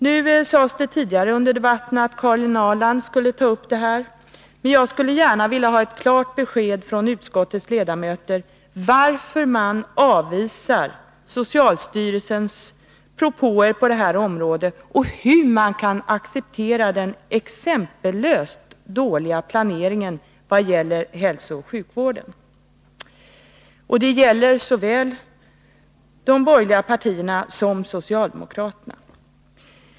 Det sades tidigare i debatten att Karin Ahrland skulle ta upp detta, men jag skulle gärna vilja ha ett klart besked från utskottets ledamöter om varför man avvisar socialstyrelsens propåer på det här området och hur man kan acceptera den exempellöst dåliga planeringen vad gäller hälsooch sjukvården — det gäller såväl de borgerliga partierna som socialdemokraterna.